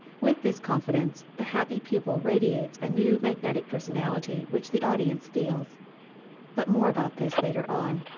with this confidence, the happy pupil radiates a new magnetic personality which the audience feels but more about this later on,